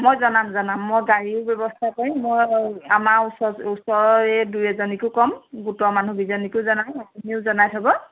মই জনাম জনাম মই গাড়ীৰো ব্যৱস্থা কৰিম মই আমাৰ ওচৰ ওচৰৰ এই দুই এজনীকো ক'ম গোটৰ মানুহকেইজনীকো জনাম আপুনিও জনাই থ'ব